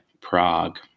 Prague